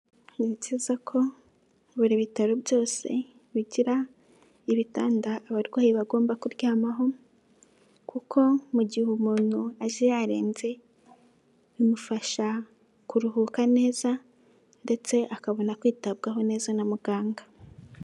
Ni byiza ko buri bitaro byose bigira ibitanda abarwayi bagomba kuryamaho, kuko mu gihe umuntu aje yarembye, bimufasha kuruhuka neza ndetse akabona kwitabwaho neza na muganga.